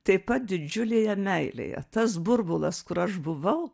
taip pat didžiulėje meilėje tas burbulas kur aš buvau